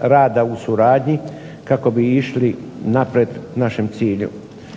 rada u suradnji kako bi išli naprijed k našem cilju.